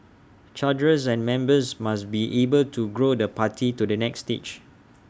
cadres and members must be able to grow the party to the next stage